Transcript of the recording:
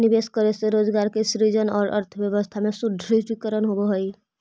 निवेश करे से रोजगार के सृजन औउर अर्थव्यवस्था के सुदृढ़ीकरण होवऽ हई